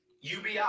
UBI